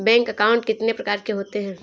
Bank account कितने प्रकार के होते हैं?